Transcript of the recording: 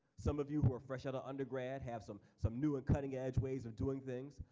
some of you who are fresh out of undergrad have some some new and cutting-edge ways of doing things.